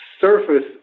surface